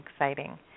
exciting